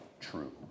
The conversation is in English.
true